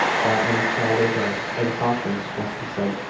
platt and his child are dead, and coffins must be sent.